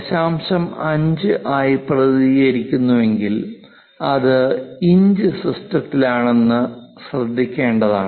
5 ആയി പ്രതിനിധീകരിക്കുന്നുവെങ്കിൽ അത് ഇഞ്ച് സിസ്റ്റത്തിലാണെന്ന് ശ്രദ്ധിക്കേണ്ടതാണ്